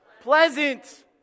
Pleasant